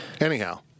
Anyhow